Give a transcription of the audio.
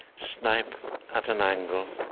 snipe at an angle,